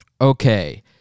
Okay